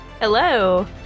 Hello